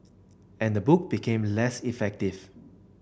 and the book became less effective